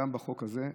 גם בחוק הזה,